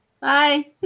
Bye